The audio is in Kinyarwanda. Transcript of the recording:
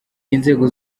y’inzego